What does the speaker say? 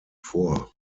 vor